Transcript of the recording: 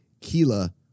Kila